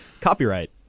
Copyright